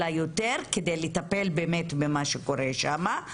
אלא יותר כדי לטפל באמת במה שקורה שם.